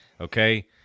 okay